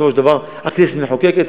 בסופו של דבר הכנסת מחוקקת,